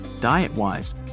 diet-wise